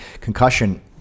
Concussion